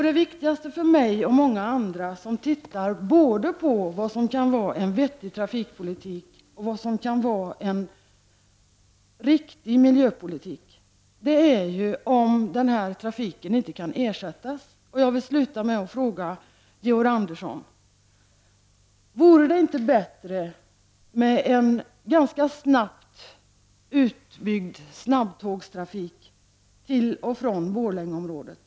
Det viktigaste för mig och många andra som studerar vad som kan vara såväl en vettig trafikpolitik som en vettig miljöpolitik är att man överväger om inte den här trafiken kan ersättas. Avslutningsvis vill jag fråga Georg Andersson: Vore det inte bättre att verka för en ganska snabbt utbyggd snabbtågstrafik till och från Borlängeområdet?